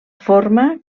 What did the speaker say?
forma